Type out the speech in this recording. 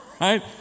Right